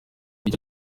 icyo